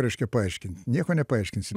reiškia paaiškint nieko nepaaiškinsi